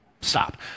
Stop